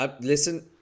listen